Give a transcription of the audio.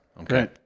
Okay